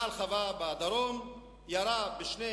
בעל חווה בדרום ירה בשני